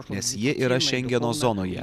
nes ji yra šengeno zonoje